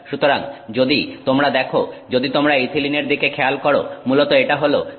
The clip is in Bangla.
সুতরাং যদি তোমরা দেখো যদি তোমরা ইথিলিনের দিকে খেয়াল করো মূলত এটা হল C2H4